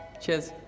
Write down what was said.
Cheers